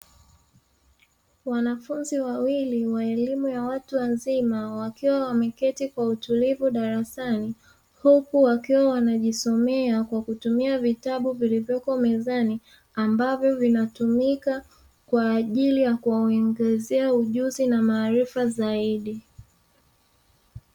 Wanafunzi wawili wa elimu ya watu wazima, wakiwa wameketi kwa utulivu darasani, huku wakiwa wanajisomea kwa kutumia vitabu vilivyoko mezani ambavyo vinatumika kwa ajili ya kuwaongezea ujuzi na maarifa zaidi.